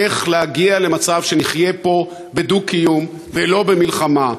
איך להגיע למצב שנחיה פה בדו-קיום ולא במלחמה.